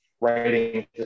writing